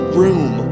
room